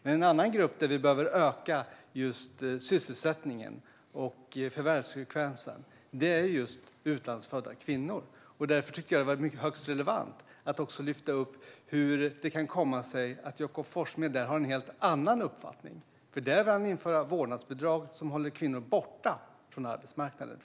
En annan grupp där vi behöver öka sysselsättningen och förvärvsfrekvensen är just utlandsfödda kvinnor. Därför tycker jag att det var högst relevant att också ta upp hur det kan komma sig att Jakob Forssmed där har en helt annan uppfattning. Där vill han införa vårdnadsbidrag, som håller kvinnor borta från arbetsmarknaden.